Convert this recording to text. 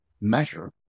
measure